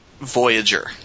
Voyager